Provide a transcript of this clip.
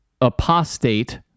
apostate